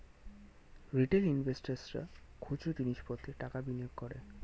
retail ইনভেস্টর্সরা খুচরো জিনিস পত্রে টাকা বিনিয়োগ করে